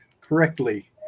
correctly